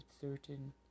certain